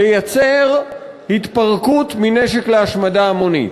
לייצר התפרקות מנשק להשמדה המונית.